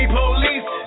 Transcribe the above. police